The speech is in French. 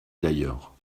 d’ailleurs